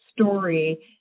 story